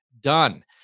Done